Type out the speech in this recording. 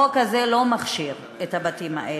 החוק הזה לא מכשיר את הבתים האלה.